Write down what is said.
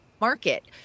market